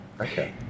Okay